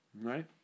Right